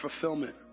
fulfillment